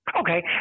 Okay